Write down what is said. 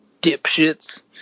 dipshits